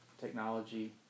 technology